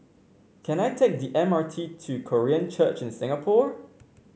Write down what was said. can I take the M R T to Korean Church in Singapore